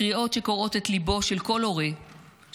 קריאות שקורעות את ליבו של כל הורה שילדיו